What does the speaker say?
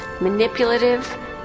manipulative